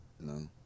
No